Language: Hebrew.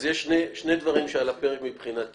אז יש שני דברים שעל הפרק מבחינתי,